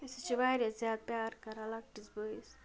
أسۍ حظ چھِ واریاہ زیادٕ پیار کَران لَکٹِس بٲیِس